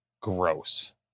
Gross